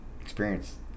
experience